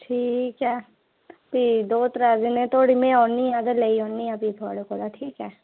ठीक ऐ फ्ही दो त्रै दिनें धोड़ी मीं आनी आं ते लेई जन्नी आं फ्ही थोआड़े कोला ठीक ऐ